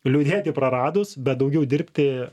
liūdėti praradus bet daugiau dirbti